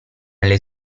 alle